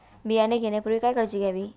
बियाणे घेण्यापूर्वी काय काळजी घ्यावी?